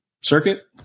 circuit